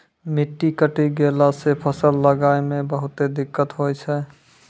मिट्टी कटी गेला सॅ फसल लगाय मॅ बहुते दिक्कत होय छै